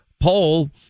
poll